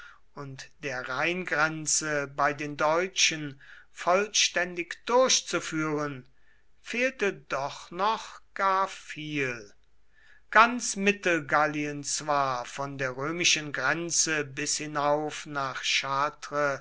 und der rheingrenze bei den deutschen vollständig durchzuführen fehlte doch noch gar viel ganz mittelgallien zwar von der römischen grenze bis hinauf nach